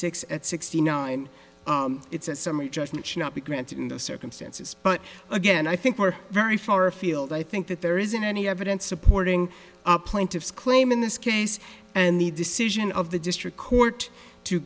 six at sixty nine it's a summary judgment should not be granted in the circumstances but again i think we're very far afield i think that there isn't any evidence supporting plaintiffs claim in this case and the decision of the district court to